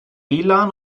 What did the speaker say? lan